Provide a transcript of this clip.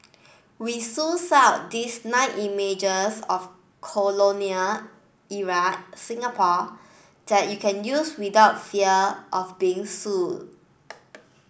we sussed out these nine images of colonial era Singapore that you can use without fear of being sued